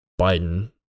Biden